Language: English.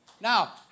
Now